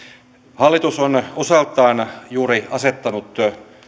hallitus on osaltaan juuri asettanut